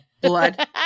blood